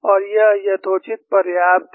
और यह यथोचित पर्याप्त है